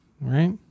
Right